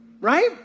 right